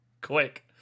quick